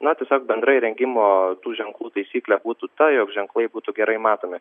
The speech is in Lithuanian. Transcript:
na tiesiog bendra įrengimo tų ženklų taisyklė būtų ta jog ženklai būtų gerai matomi